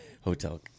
hotel